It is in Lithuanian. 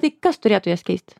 tai kas turėtų jas keisti